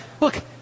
Look